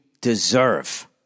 deserve